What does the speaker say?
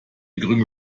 geringe